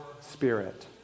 spirit